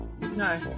No